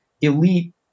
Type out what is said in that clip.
elite